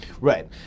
Right